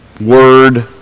word